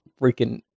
freaking